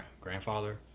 Grandfather